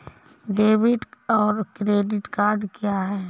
Debit और credit क्या है?